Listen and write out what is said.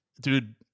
dude